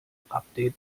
update